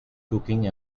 cooking